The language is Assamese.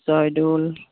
জয়দৌল